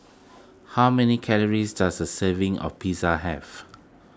how many calories does a serving of Pizza have